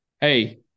Hey